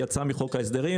היא יצאה מחוק ההסדרים,